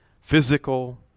Physical